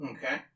Okay